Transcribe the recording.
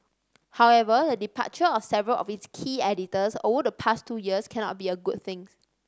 however the departure of several of its key editors over the past two years cannot be a good things